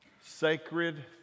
sacred